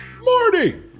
Marty